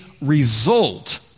result